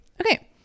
Okay